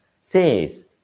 says